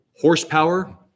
horsepower